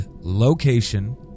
location